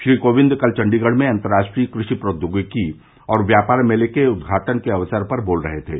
श्री कोविंद कल चंडीगढ़ में अंतर्राष्ट्रीय कृषि प्रौद्योगिकी और व्यापार मेर्ले के उदघाटन के अक्सर पर बोल रहे थे